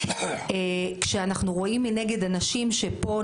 היינו מ"פים.